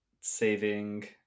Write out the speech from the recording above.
saving